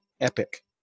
epic